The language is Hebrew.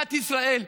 מדינת ישראל,